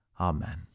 Amen